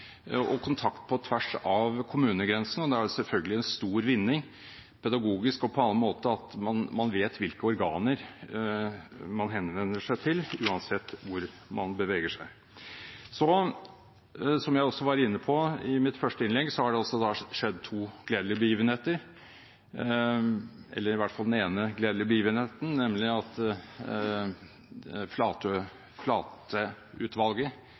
og kontakt på tvers av kommunegrensene. Og da er det selvfølgelig en stor vinning, pedagogisk og på annen måte, at man vet hvilke organer man henvender seg til uansett hvor man beveger seg. Som jeg også var inne på i mitt første innlegg, har det altså skjedd